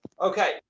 Okay